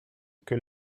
que